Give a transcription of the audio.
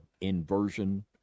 inversion